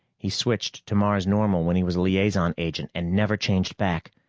he switched to mars-normal when he was a liaison agent and never changed back.